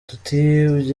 tuty